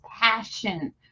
passion